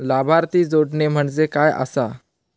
लाभार्थी जोडणे म्हणजे काय आसा?